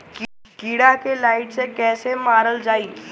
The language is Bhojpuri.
कीड़ा के लाइट से कैसे मारल जाई?